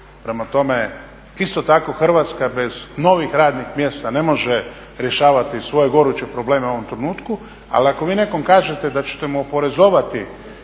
Prema tome isto tako Hrvatska bez novih radnih mjesta ne može rješavati svoje goruće probleme u ovom trenutku, ali ako vi nekom kažete da ćete mu oporezovati